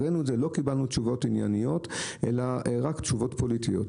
הראינו את זה ולא קיבלנו תשובות ענייניות אלא רק תשובות פוליטיות.